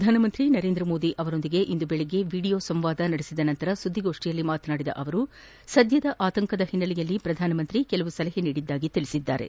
ಪ್ರಧಾನಮಂತ್ರಿ ನರೇಂದ್ರ ಮೋದಿ ಅವರೊಂದಿಗೆ ವೀಡಿಯೋ ಸಂವಾದ ನಡೆಸಿದ ನಂತರ ಸುಧ್ಧಿಗೋಷ್ಠಿಯಲ್ಲಿ ಮಾತನಾಡಿದ ಅವರು ಸದ್ಕದ ಆತಂಕದ ಹಿನ್ನೆಲೆಯಲ್ಲಿ ಪ್ರಧಾನಿ ಪಲವು ಸಲಹೆ ನೀಡಿದ್ದಾಗಿ ತಿಳಿಸಿದರು